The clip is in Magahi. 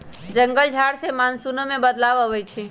जंगल झार से मानसूनो में बदलाव आबई छई